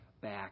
back